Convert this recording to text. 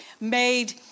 made